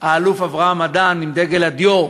האלוף אברהם אדן עם דגל הדיו.